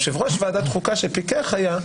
יו"ר ועדת חוקה שפיקח היה,